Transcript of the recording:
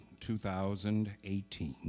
2018